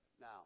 Now